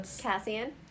Cassian